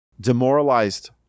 demoralized